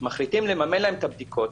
מחליטים לממן להם את הבדיקות,